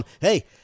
hey